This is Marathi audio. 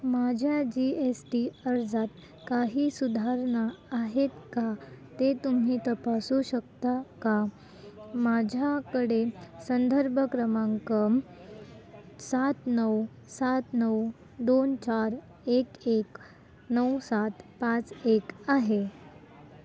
माझ्या जी एस टी अर्जात काही सुधारणा आहेत का ते तुम्ही तपासू शकता का माझ्याकडे संदर्भ क्रमांक सात नऊ सात नऊ दोन चार एक एक नऊ सात पाच एक आहे